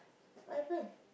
what happen